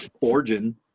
origin